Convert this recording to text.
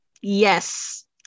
Yes